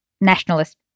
nationalist